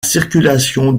circulation